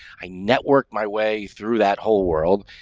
i network my way through that whole world.